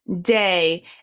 day